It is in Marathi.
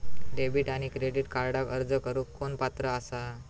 डेबिट आणि क्रेडिट कार्डक अर्ज करुक कोण पात्र आसा?